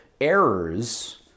errors